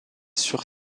sur